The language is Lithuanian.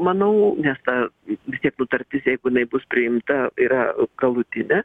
manau nes ta vis tiek nutartis jeigu jinai bus priimta yra galutinė